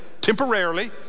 temporarily